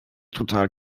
total